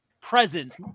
presence